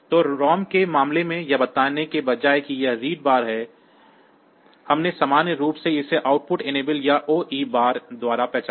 तो रोम के मामले में यह बताने के बजाय कि यह एक रीड बार है हमने सामान्य रूप से इसे आउटपुट इनेबल या OE बार द्वारा पहचाना